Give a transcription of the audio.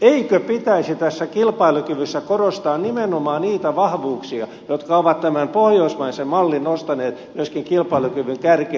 eikö pitäisi tässä kilpailukyvyssä korostaa nimenomaan niitä vahvuuksia jotka ovat tämän pohjoismaisen mallin nostaneet myöskin kilpailukyvyn kärkeen